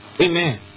Amen